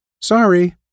sorry